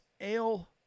ale